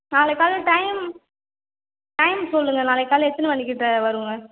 நாளைக்கு காலையில் time time சொல்லுங்க நாளைக்கு காலையில் எத்தனை மணிக்கு த வருங்க